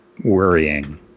Worrying